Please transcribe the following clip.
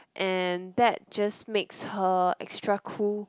and that just makes her extra cool